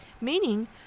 Meaning